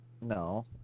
No